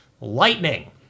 lightning